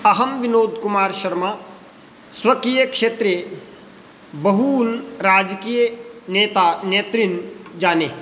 अहं विनोदकुमारशर्मा स्वकीयक्षेत्रे बहून् राजकीयनेता नेतॄन् जाने